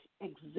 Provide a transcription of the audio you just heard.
exist